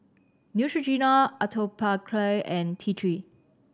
Neutrogena Atopiclair and T Three